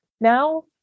Now